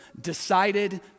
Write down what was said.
decided